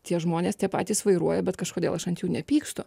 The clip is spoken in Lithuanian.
tie žmonės tie patys vairuoja bet kažkodėl aš ant jų nepykstu